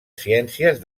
ciències